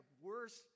worse